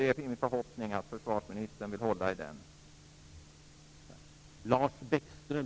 Det är min förhoppning att försvarsministern vill hålla i den piskan.